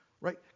right